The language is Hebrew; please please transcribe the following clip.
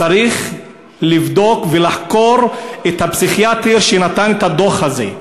צריך לבדוק ולחקור את הפסיכיאטר שנתן את הדוח הזה.